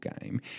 game